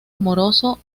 amoroso